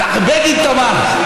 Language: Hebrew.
מנחם בגין תמך,